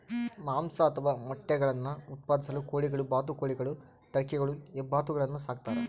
ಮಾಂಸ ಅಥವಾ ಮೊಟ್ಟೆಗುಳ್ನ ಉತ್ಪಾದಿಸಲು ಕೋಳಿಗಳು ಬಾತುಕೋಳಿಗಳು ಟರ್ಕಿಗಳು ಹೆಬ್ಬಾತುಗಳನ್ನು ಸಾಕ್ತಾರ